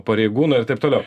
pareigūnai ir taip toliau